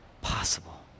possible